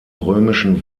römischen